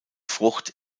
frucht